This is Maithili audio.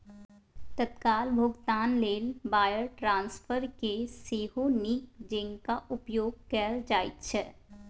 तत्काल भोगतान लेल वायर ट्रांस्फरकेँ सेहो नीक जेंका उपयोग कैल जाइत छै